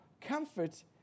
comfort